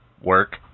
work